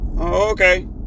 Okay